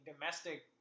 domestic